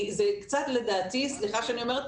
זה קצת לדעתי וסליחה שאני אומרת,